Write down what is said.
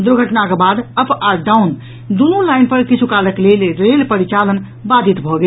दुर्घटनाक बाद अप आ डाउन दुनू लाईन पर किछु कालक लेल रेल परिचालन बाधि भऽ गेल